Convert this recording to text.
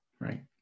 Right